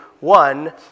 one